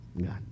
God